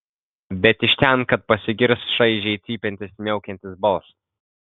bet iš ten kad pasigirs šaižiai cypiantis miaukiantis balsas